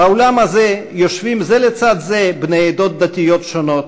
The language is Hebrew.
באולם הזה יושבים זה לצד זה בני עדות דתיות שונות,